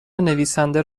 نویسنده